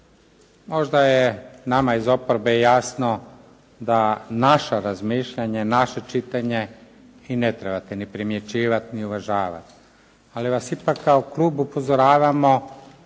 Možda je nama iz oporbe jasno da naša razmišljanje, naše čitanje i ne trebate primjećivati, ni uvažavati, ali vas ipak kao klub upozoravamo